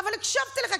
אבל הקשבתי לך,